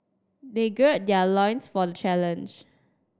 they gird their loins for the challenge